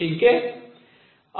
ठीक है